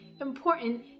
important